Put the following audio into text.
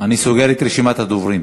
אני סוגר את רשימת הדוברים.